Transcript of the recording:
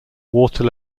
water